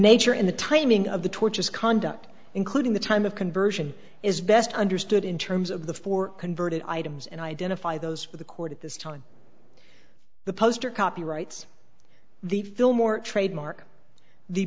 nature and the timing of the torches conduct including the time of conversion is best understood in terms of the four converted items and identify those for the court at this time the poster copyrights the film or trademark the